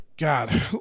God